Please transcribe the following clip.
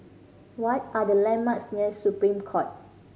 what are the landmarks near Supreme Court